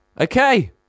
Okay